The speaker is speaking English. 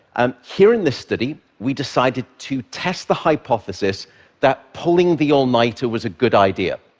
um here in this study, we decided to test the hypothesis that pulling the all-nighter was a good idea.